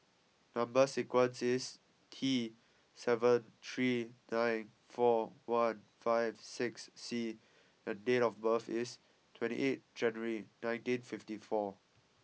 number sequence is T seven three nine four one five six C and date of birth is twenty eight January nineteen fifty four